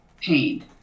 pain